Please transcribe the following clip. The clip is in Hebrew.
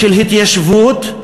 של ההתיישבות,